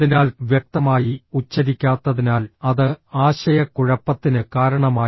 അതിനാൽ വ്യക്തമായി ഉച്ചരിക്കാത്തതിനാൽ അത് ആശയക്കുഴപ്പത്തിന് കാരണമായി